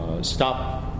stop